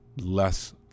less